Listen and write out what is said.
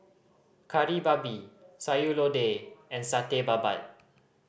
Kari Babi Sayur Lodeh and Satay Babat